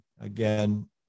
Again